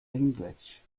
english